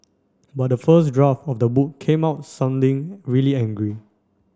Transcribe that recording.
but the first draft of the book came out sounding really angry